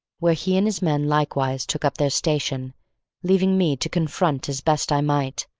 where he and his men likewise took up their station leaving me to confront as best i might,